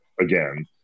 again